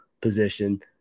position